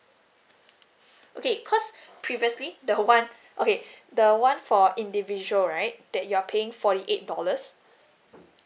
okay cause previously the one okay the one for individual right that you're paying forty eight dollars